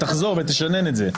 תחזור ותשנן את זה.